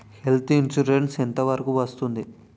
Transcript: Health insurance ఎంత వరకు వస్తుంది?